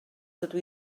dydw